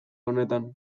horretan